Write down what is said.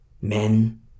Men